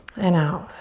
and out.